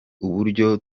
uburyo